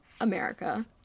America